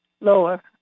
lower